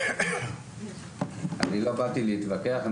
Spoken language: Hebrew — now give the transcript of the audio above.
אני לא באתי להתווכח.